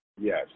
Yes